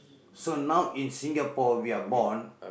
so now in Singapore we are born